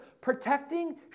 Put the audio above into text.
protecting